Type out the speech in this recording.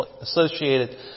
associated